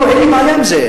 לא, אין לי בעיה עם זה.